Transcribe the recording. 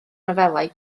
nofelau